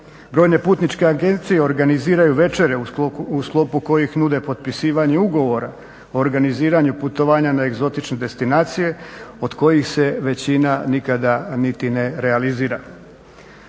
Brojne putničke agencije organiziraju večere u sklopu kojih nude potpisivanje ugovora o organiziranju putovanja na egzotične destinacije, od kojih se većina nikada niti ne realizira.